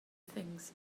things